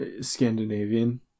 Scandinavian